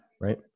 Right